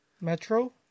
Metro